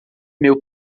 meu